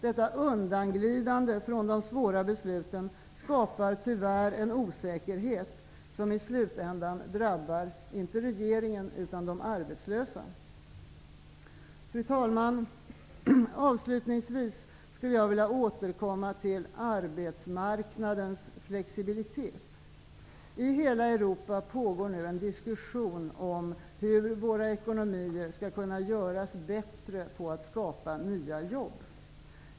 Detta undanglidande från de svåra besluten skapar tyvärr en osäkerhet som i slutändan drabbar -- inte regeringen utan de arbetslösa! Fru talman! Avslutningsvis skulle jag vilja återkomma till arbetsmarknadens flexibilitet. I hela Europa pågår nu en diskussion om hur våra ekonomier skall kunna göras bättre på att skapa nya jobb.